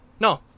No